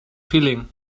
feeling